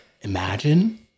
Imagine